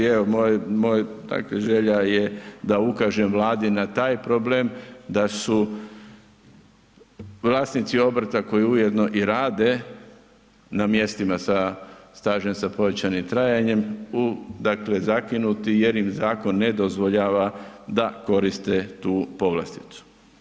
Evo, moj dakle želja je da ukažem Vladi na taj problem da su vlasnici obrta koji ujedno i rade na mjestima sa stažem sa povećanim trajanjem, dakle zakinuti jer im zakon ne dozvoljava da koriste tu povlasticu.